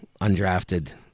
undrafted